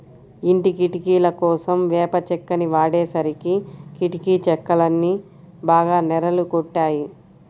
ఇంటి కిటికీలకోసం వేప చెక్కని వాడేసరికి కిటికీ చెక్కలన్నీ బాగా నెర్రలు గొట్టాయి